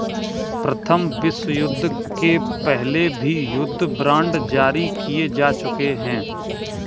प्रथम विश्वयुद्ध के पहले भी युद्ध बांड जारी किए जा चुके हैं